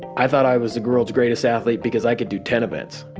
i thought i was the world's greatest athlete because i could do ten events